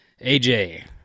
AJ